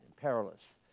perilous